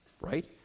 Right